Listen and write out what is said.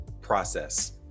process